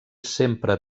sempre